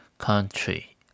Country